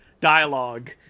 dialogue